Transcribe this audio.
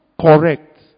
correct